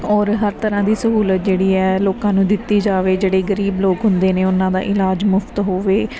ਔਰ ਹਰ ਤਰ੍ਹਾਂ ਦੀ ਸਹੂਲਤ ਜਿਹੜੀ ਹੈ ਲੋਕਾਂ ਨੂੰ ਦਿੱਤੀ ਜਾਵੇ ਜਿਹੜੇ ਗਰੀਬ ਲੋਕ ਹੁੰਦੇ ਨੇ ਉਹਨਾਂ ਦਾ ਇਲਾਜ ਮੁਫਤ ਹੋਵੇ